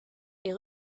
est